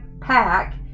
Pack